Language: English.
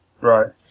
Right